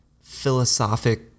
Philosophic